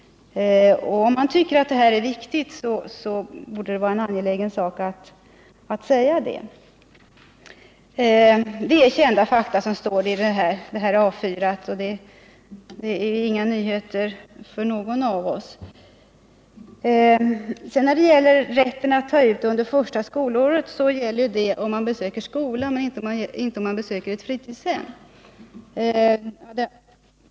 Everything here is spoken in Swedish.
Om man tycker att detta är viktigt borde det vara angeläget att säga det. Det är kända fakta som står på detta A 4-ark, det är inga nyheter för någon av oss. Rätten att ta ut ersättning under första skolåret gäller om man besöker skolan men inte om man besöker ett fritidshem.